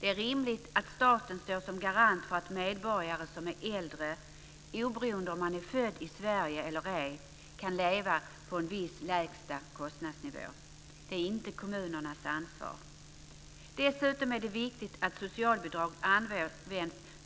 Det är rimligt att staten står som garant för att medborgare som är äldre, oberoende av om man är född i Sverige eller ej, kan leva på en viss lägsta kostnadsnivå. Detta är inte kommunernas ansvar. Dessutom är det viktigt att socialbidrag används